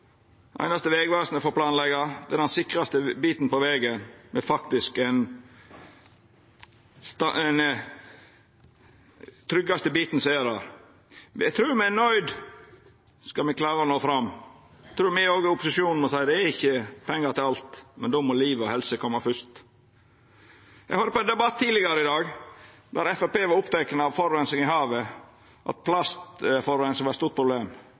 einaste Vegvesenet får planleggja, er den tryggaste biten av vegen som er der. Eg trur me er nøydde til, skal me klara å nå fram, òg i opposisjonen å seia at det er ikkje pengar til alt, men då må liv og helse koma fyrst. Eg høyrde i ein debatt tidlegare i dag at Framstegspartiet var oppteke av forureining av havet, og at plastforureining var eit stort problem.